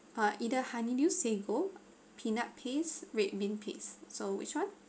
err either honeydew sago peanut paste red bean paste so which one